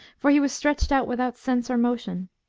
for he was stretched out without sense or motion.